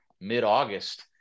mid-August